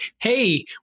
hey